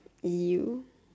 !eww!